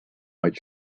white